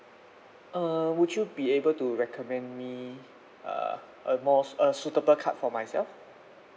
err would you be able to recommend me uh a more a suitable card for myself